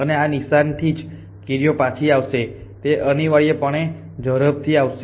અને આ નિશાનથી જે કીડી પાછી આવશે તે અનિવાર્યપણે ઝડપથી આવશે